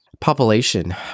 Population